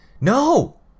No